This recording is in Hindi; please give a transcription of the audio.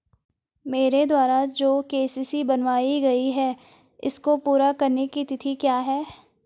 मेरे द्वारा जो के.सी.सी बनवायी गयी है इसको पूरी करने की तिथि क्या है?